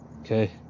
Okay